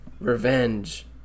revenge